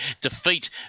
defeat